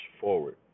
forward